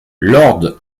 lord